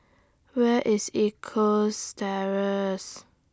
Where IS East Coast Terrace